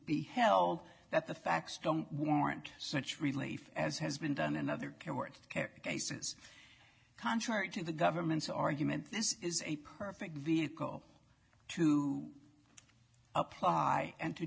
be held that the facts don't warrant such relief as has been done another care worked cases contrary to the government's argument this is a perfect vehicle to apply